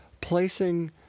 placing